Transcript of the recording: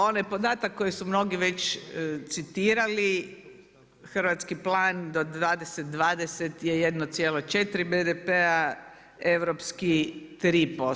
Onaj podatak koji su mnogi već citirali hrvatski plan do 2020. je 1,4 BDP, europski 3%